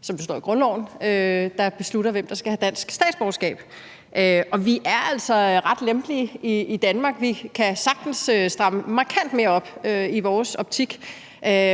som det står i grundloven, der beslutter, hvem der skal have dansk statsborgerskab, og vi er altså ret lempelige i Danmark. Man kan sagtens stramme markant mere op i vores optik.